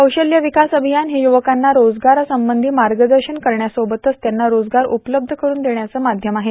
कौशल्य विकास अभियान हे युवकांना रोजगारांसबंधी मार्गदर्शन करण्यासोबतच त्यांना रोजगार उपलब्ध करून देण्याचं माध्यम आहे